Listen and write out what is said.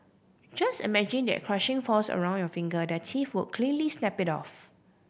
just imagine that crushing force around your finger their teeth would cleanly snap it off